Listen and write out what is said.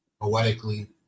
poetically